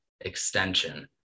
extension